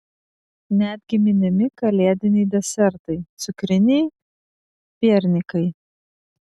netgi minimi kalėdiniai desertai cukriniai piernikai